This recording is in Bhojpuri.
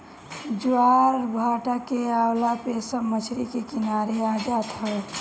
ज्वारभाटा के अवला पे सब मछरी के किनारे आ जात हवे